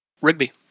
Rigby